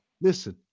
Listen